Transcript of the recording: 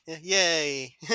Yay